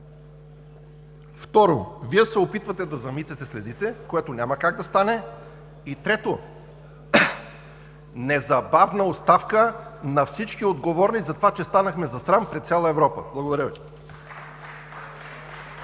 Второ, Вие се опитвате да замитате следите, което няма как да стане. И трето, незабавна оставка на всички отговорни за това, че станахме за срам пред цяла Европа. Благодаря Ви.